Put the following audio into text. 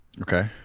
Okay